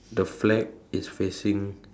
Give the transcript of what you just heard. the flag is facing